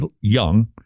young